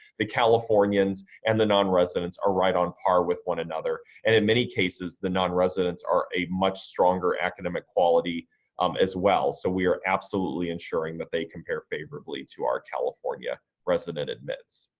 the californians and the non-residents are right on par with one another. and in many cases the non-residents are a much stronger academic quality um as well, so we are absolutely ensuring that they compare favorably to our california resident admits.